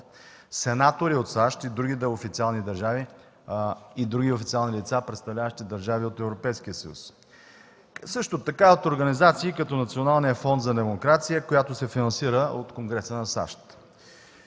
сенатори от САЩ и други официални лица, представляващи лица от Европейския съюз. Също така от организации като Националния фонд за демокрация, който се финансира от Конгреса на САЩ.